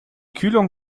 kühlung